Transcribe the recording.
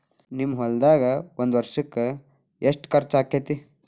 ನಿಮ್ಮ ಹೊಲ್ದಾಗ ಒಂದ್ ವರ್ಷಕ್ಕ ಎಷ್ಟ ಖರ್ಚ್ ಆಕ್ಕೆತಿ?